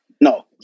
no